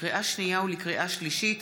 לקריאה שנייה ולקריאה שלישית,